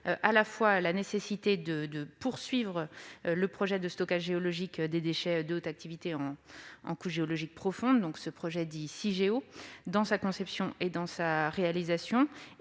a confirmé la nécessité de poursuivre à la fois le projet de stockage géologique des déchets de haute activité en couche géologique profonde, dit Cigéo, dans sa conception et dans sa réalisation,